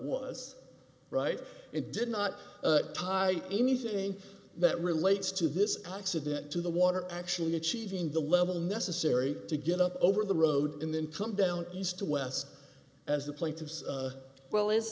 was right it did not tire anything that relates to this occident to the water actually achieving the level necessary to get up over the road in then come down east to west as the plaintiffs well is